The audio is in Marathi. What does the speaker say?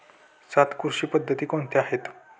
सात कृषी पद्धती कोणत्या आहेत?